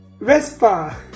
Vespa